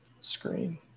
screen